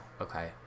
Okay